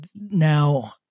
Now